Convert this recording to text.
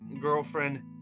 girlfriend